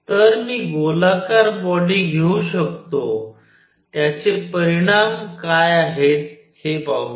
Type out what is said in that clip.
तर मी गोलाकार बॉडी घेऊ शकतो त्याचे परिणाम काय आहे ते पाहूया